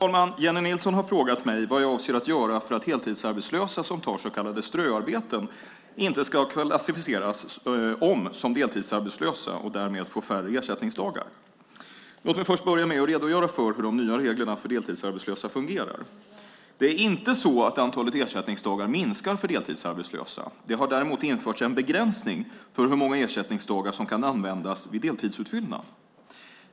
Herr talman! Jennie Nilsson har frågat mig vad jag avser att göra för att heltidsarbetslösa som tar så kallade ströarbeten inte ska klassificeras om som deltidsarbetslösa och därmed få färre ersättningsdagar. Låt mig börja med att redogöra för hur de nya reglerna för deltidsarbetslösa fungerar. Det inte så att antalet ersättningsdagar minskar för deltidsarbetslösa. Det har däremot införts en begränsning för hur många ersättningsdagar som kan användas vid deltidsutfyllnad.